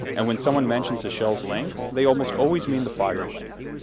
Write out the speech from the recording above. and when someone mentions a shell's length, they almost always mean the fired length.